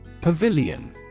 Pavilion